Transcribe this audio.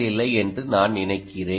இல்லை என்று நான் நினைக்கிறேன்